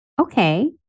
okay